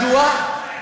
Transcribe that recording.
מדוע?